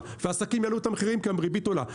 והעסקים העלו את המחירים כי הריבית עולה.